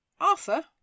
Arthur